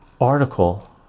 article